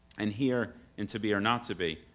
and here, in to be or not to be,